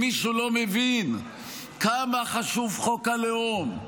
אם מישהו לא מבין כמה חשוב חוק הלאום,